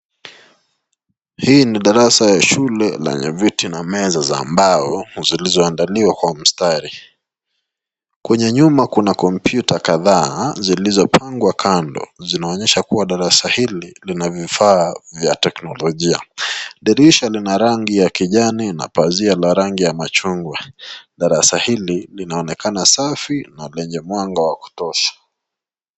Hii ni darasa ya shule lenye viti na meza za mbao zilizoandaliwa kwa mstari. Kwenye nyumba kuna komputa zilizopangwa kando zinaonyesha kuwa darasa hili lina vifaa vya kiteknolojia. Dirisha lina rangi ya kijani na pazia rangi ya machungwa. Darasa hili linaonekana safi na lenye mwanga wa kutosha.